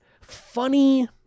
funny